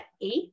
eight